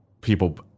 people